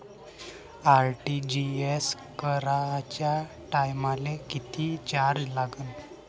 RTGS कराच्या टायमाले किती चार्ज लागन?